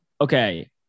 okay